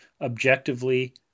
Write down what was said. objectively